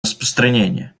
распространения